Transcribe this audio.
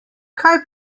kaj